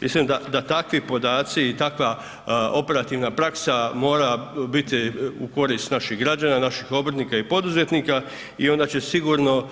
Mislim da takvi podaci i takva operativna praksa mora biti u korist naših građana, obrtnika i poduzetnika i onda će sigurno